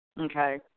okay